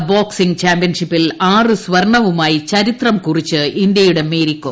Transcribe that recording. ലോക ബോക്സിംഗ് ചാമ്പ്യൻഷിപ്പിൽ ആറ് സ്വർണ്ണവുമായി ചരിത്രം കുറിച്ച് ഇന്തൃയുടെ മേരികോം